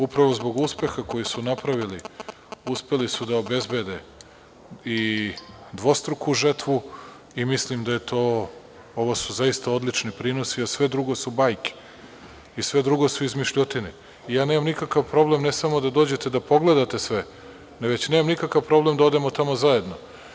Upravo zbog uspeha koji su napravili uspeli su da obezbede i dvostruku žetvu i mislim da su ovo zaista odlični prinosi, a sve drugo su bajke i sve drugo su izmišljotine i nemam nikakav problem ne samo da dođete da pogledate sve, već nemam nikakav problem da odemo tamo zajedno.